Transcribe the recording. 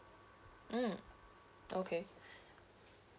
mm okay